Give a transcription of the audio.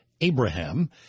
Abraham